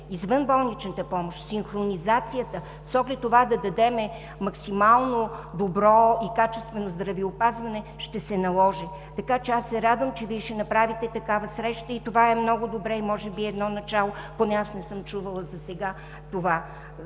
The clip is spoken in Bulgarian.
извънболничната помощ, синхронизацията с оглед на това да дадем максимално добро и качествено здравеопазване, ще се наложи. Така че аз се радвам, че Вие ще направите такава среща, това е много добре и може би е едно начало. Поне аз не съм чувала досега това.